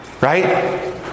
Right